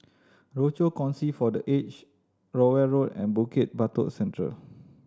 Rochor Kongsi for The Aged Rowell Road and Bukit Batok Central